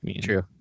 True